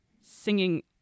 singing